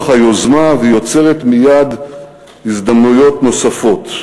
היוזמה ויוצרת מייד הזדמנויות נוספות.